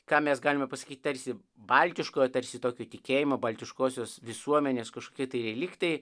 ką mes galime pasakyti tarsi baltiškojo tarsi tokio tikėjimo baltiškosios visuomenės kažkokie tai reliktai